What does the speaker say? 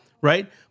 right